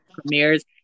Premieres